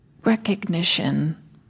recognition